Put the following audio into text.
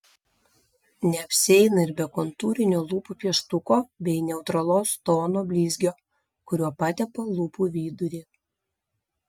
neapsieina ir be kontūrinio lūpų pieštuko bei neutralaus tono blizgio kuriuo patepa lūpų vidurį